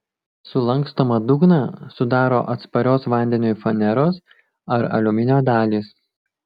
sulankstomą dugną sudaro atsparios vandeniui faneros ar aliuminio dalys